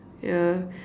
yeah